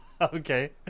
Okay